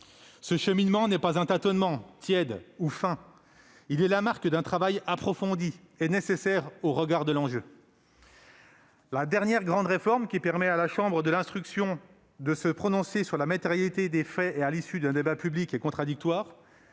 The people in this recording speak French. Ce cheminement n'est pas un tâtonnement, tiède ou feint ; il est la marque d'un travail approfondi et nécessaire au regard de l'enjeu. La dernière grande réforme, qui permet à la chambre de l'instruction de se prononcer sur la matérialité des faits à l'issue d'un débat public et contradictoire,